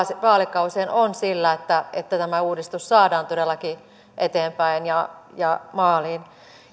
vaalikausien on sillä että että tämä uudistus saadaan todellakin eteenpäin ja ja maaliin